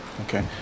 Okay